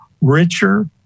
richer